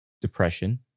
Depression